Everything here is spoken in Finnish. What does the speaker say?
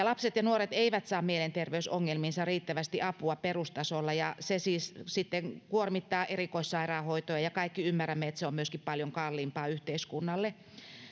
lapset ja nuoret eivät saa mielenterveysongelmiinsa riittävästi apua perustasolla ja se siis sitten kuormittaa erikoissairaanhoitoa ja ja kaikki ymmärrämme että se on myöskin paljon kalliimpaa yhteiskunnalle